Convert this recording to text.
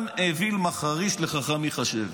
גם אוויל מחריש חכם ייחשב,